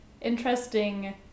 interesting